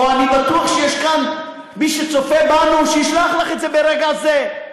או אני בטוח שיש כאן מי שצופה בנו שישלח לך את זה ברגע זה.